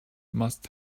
must